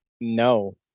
no